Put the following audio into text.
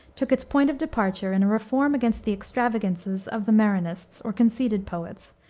took its point of departure in a reform against the extravagances of the marinists, or conceited poets,